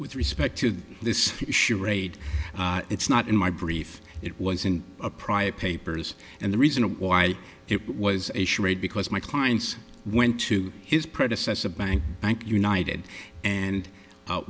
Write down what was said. with respect to this charade it's not in my brief it was in a private papers and the reason why it was a charade because my clients went to his predecessor bank bank united and